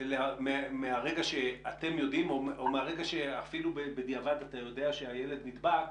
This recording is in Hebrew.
מהרגע שאתם יודעים או מהרגע שאפילו בדיעבד אתה יודע שהילד נדבק,